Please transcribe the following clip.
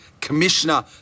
Commissioner